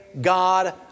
God